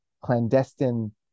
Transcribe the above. clandestine